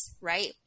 right